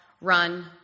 run